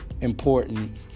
important